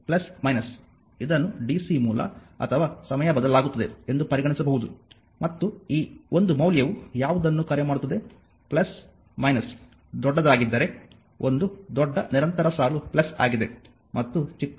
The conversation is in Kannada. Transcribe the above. ಆದ್ದರಿಂದ ಎರಡೂ ಇದನ್ನು DC ಮೂಲ ಅಥವಾ ಸಮಯ ಬದಲಾಗುತ್ತದೆ ಎಂದು ಪರಿಗಣಿಸಬಹುದು ಮತ್ತು ಈ ಒಂದು ಮೌಲ್ಯವು ಯಾವುದನ್ನು ಕರೆ ಮಾಡುತ್ತದೆ ದೊಡ್ಡದಾಗಿದ್ದರೆ ಒಂದು ದೊಡ್ಡ ನಿರಂತರ ಸಾಲು ಆಗಿದೆ ಮತ್ತು ಚಿಕ್ಕದು